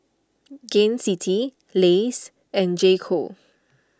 Gain City Lays and J Co